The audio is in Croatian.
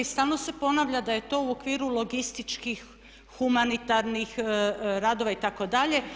Stalno se ponavlja da je to u okviru logističkih, humanitarnih radova itd.